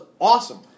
awesome